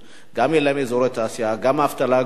גם אין להם אזורי תעשייה, גם האבטלה גואה.